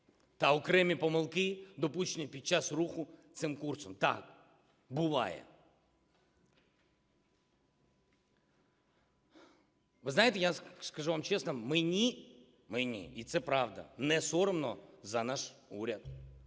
та окремі помилки допущені під час руху цим курсом, так, буває. Ви знаєте, я скажу вам чесно, мені, і це правда, не соромно за наш уряд.